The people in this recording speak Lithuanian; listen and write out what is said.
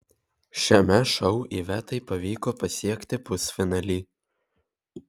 šiame šou ivetai pavyko pasiekti pusfinalį